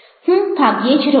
હું ભાગ્યે જ રડું છું